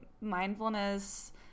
mindfulness